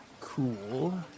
Cool